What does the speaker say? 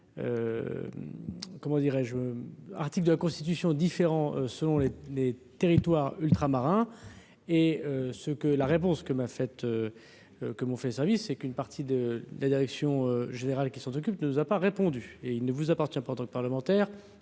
comment dirais-je, articles de la Constitution différents selon les les territoires ultramarins, est ce que la réponse que m'a faite que mon fait service et qu'une partie de la direction générale qui s'en occupe, nous a pas répondu et il ne vous appartient pas en tant que parlementaire